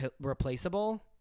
replaceable